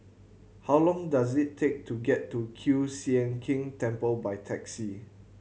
how long does it take to get to Kiew Sian King Temple by taxi